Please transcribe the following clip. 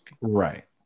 Right